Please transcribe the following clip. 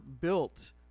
built